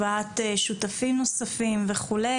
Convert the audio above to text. הבאת שותפים נוספים וכו'.